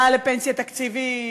סבתא בישלה דייסה: היה לפנסיה תקציבית,